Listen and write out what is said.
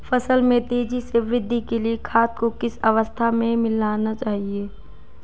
फसल में तेज़ी से वृद्धि के लिए खाद को किस अवस्था में मिलाना चाहिए?